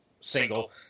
single